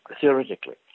theoretically